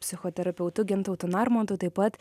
psichoterapeutu gintautu narmontu taip pat